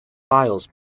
files